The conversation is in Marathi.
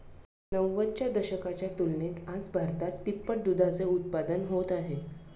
नव्वदच्या दशकाच्या तुलनेत आज भारतात तिप्पट दुधाचे उत्पादन होत आहे